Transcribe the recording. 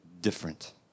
different